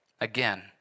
Again